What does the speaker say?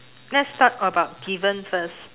let's talk about given first